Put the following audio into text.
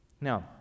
Now